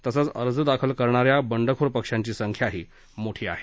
तसंच अर्ज दाखल करणा या बंडखोर पक्षांची संख्याही मोठी आहे